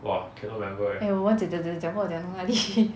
eh 我们讲讲讲讲讲话讲到哪里去